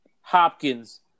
Hopkins